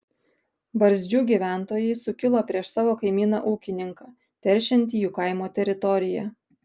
barzdžių gyventojai sukilo prieš savo kaimyną ūkininką teršiantį jų kaimo teritoriją